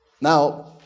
Now